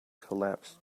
collapsed